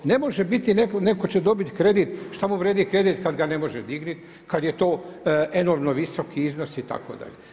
Ne može biti, netko će dobit kredit, šta mu vredi kredit kad ga ne može dignit, kad je to enormno visoki iznos itd.